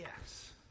yes